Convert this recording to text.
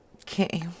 Okay